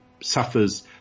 suffers